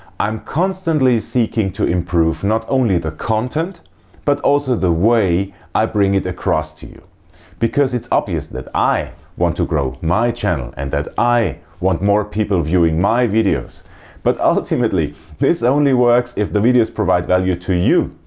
i am constantly seeking to improve not only the content but also the way i bring it across to you because it is obvious that i want to grow my channel and that i want more people viewing my videos but ultimately this only works if the videos provide value to you.